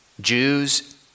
Jews